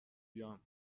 بیام